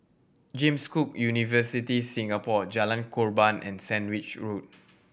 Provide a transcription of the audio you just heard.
James Cook University Singapore Jalan Korban and Sandwich Road